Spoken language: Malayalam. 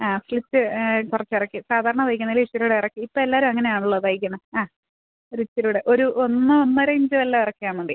ആ സ്ലിറ്റ് കുറച്ച് ഇറക്കി സാധാരണ തയിക്കുന്നതിൽ നിന്ന് ഇചിരിയും കൂടെ ഇറക്കി ഇപ്പം എല്ലാവരും അങ്ങനെയാണല്ലോ തയിക്കുന്ന ആ ഒരു ഇചിരിയും കൂടെ ഒരു ഒന്ന് ഒന്നരയിഞ്ച് വല്ലതും ഇറക്കിയാൽ മതി